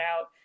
out